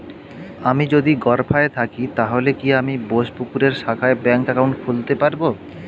আমি যদি গরফায়ে থাকি তাহলে কি আমি বোসপুকুরের শাখায় ব্যঙ্ক একাউন্ট খুলতে পারবো?